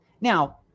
Now